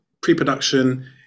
pre-production